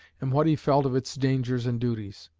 and what he felt of its dangers and duties.